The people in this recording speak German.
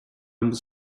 muss